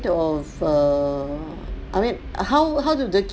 of uh I mean how how do the